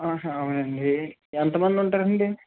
అవునండి ఎంత మంది ఉంటారు అండి